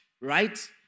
right